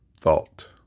thought